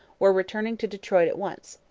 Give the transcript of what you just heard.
were returning to detroit at once.